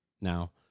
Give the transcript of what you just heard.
now